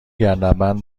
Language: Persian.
گردنبند